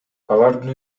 алардын